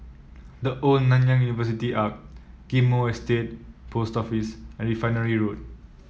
The Old Nanyang University Arch Ghim Moh Estate Post Office and Refinery Road